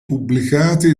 pubblicati